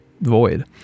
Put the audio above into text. void